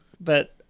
But-